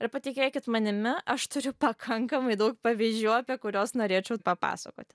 ir patikėkit manimi aš turiu pakankamai daug pavyzdžių apie kuriuos norėčiau papasakoti